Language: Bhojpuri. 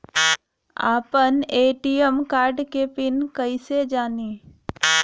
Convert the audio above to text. आपन ए.टी.एम कार्ड के पिन कईसे जानी?